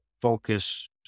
focus